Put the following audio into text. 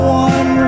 one